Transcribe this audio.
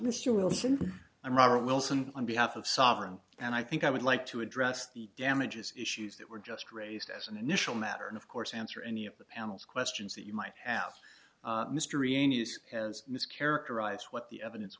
mr wilson and robert wilson on behalf of sovereign and i think i would like to address the damages issues that were just raised as an initial matter and of course answer any of the panel's questions that you might ask mystery news as mischaracterize what the evidence